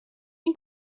این